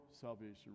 salvation